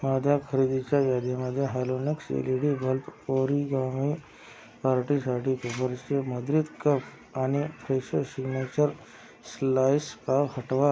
माझ्या खरेदीच्या यादीमध्ये हॅलोनेक्स एलीडी बल्प ओरिगामी पार्टीसाठी पेपर्सचे मुद्रित कप आणि फ्रेशो शिग्नेचर स्लाईस पाव हटवा